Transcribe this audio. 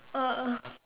oh oh